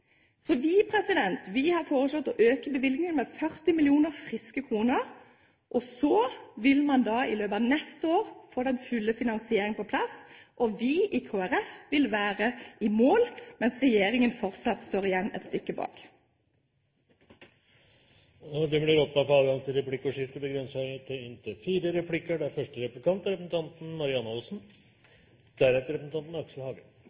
Så vi har foreslått å øke bevilgningen med 40 mill. friske kroner. Så vil man da, i løpet av neste år, få den fulle finansieringen på plass, og vi i Kristelig Folkeparti vil være i mål, mens regjeringen fortsatt står igjen et stykke bak. Det blir replikkordskifte. Det er interessant å legge merke til